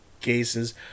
cases